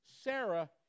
Sarah